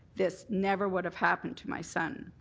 this never would have happened to my son.